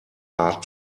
hard